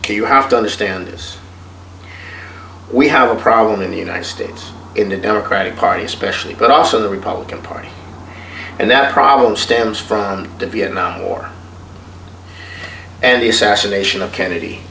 states you have to understand this we have a problem in the united states in the democratic party especially but also the republican party and that problem stems from the vietnam war and the sasa nation of kennedy